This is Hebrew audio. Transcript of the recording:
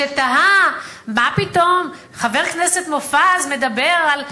שתהה: מה פתאום חבר הכנסת מופז מדבר על חברה,